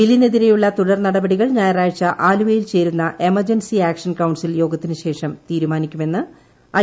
ബില്ലിനെതിരെയുള്ള തുടർനടപടികൾ ഞായറാഴ്ച ആലുവയിൽ ചേരുന്ന എമർജൻസി ആക്ഷൻ കൌൺസിൽ യോഗത്തിനു ശേഷം തീരുമാനിക്കുമെന്ന് ഐ